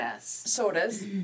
sodas